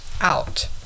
out